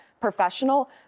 professional